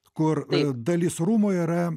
kur dalis rūmų yra